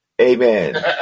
amen